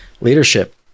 Leadership